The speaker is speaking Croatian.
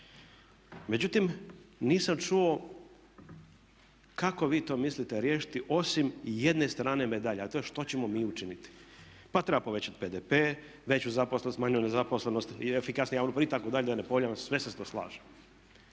Međutim, nisam čuo kako vi to mislite riješiti osim jedne strane medalje a to je šta ćemo mi učiniti. Pa treba povećati BDP, veću zaposlenost, manju nezaposlenost i efikasniju …/Govornik se ne razumije./… itd. da ne ponavljam, sve se to slažem.